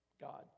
God